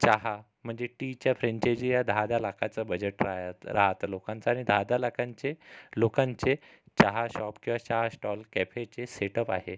चहा म्हणजे टीच्या फ्रेंचेची या दहा दहा लाखाच्या बजेट राह राहत लोकांचं आणि दहा दहा लाखांचे लोकांचे चहा शॉप किंवा चहा स्टॉल कॅफेचे सेटअप आहे